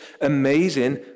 amazing